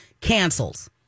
cancels